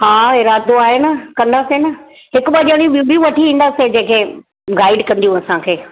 हा इरादो आहे न कंदासीं न हिकु ॿ ॼणियूं ॿियूं बि वठी ईंदासीं जेके गाइड कंदियूं असांखे